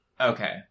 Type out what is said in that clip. Okay